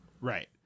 Right